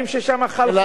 ששם חל חוק אחר.